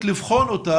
לבחון אותה,